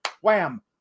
wham